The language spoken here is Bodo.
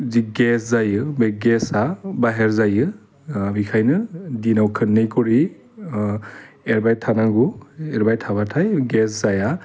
जि गेस जायो बे गेसआ बायहेर जायो बिखायनो दिनाव खोननै खरि एरबाय थानांगौ एरबाय थाबाथाय गेस जाया